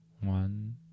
one